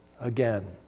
again